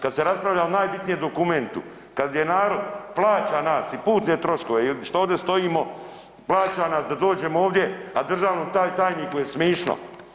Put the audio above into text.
Kad se raspravlja o najbitnijem dokumentu, kad je narod plaća nas i putne troškove i što ovdje stojimo, plaća nas da dođemo ovdje, a državnom tajniku je smišno.